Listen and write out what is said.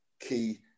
key